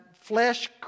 flesh